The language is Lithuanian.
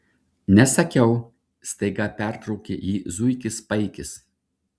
nesakiau staiga pertraukė jį zuikis paikis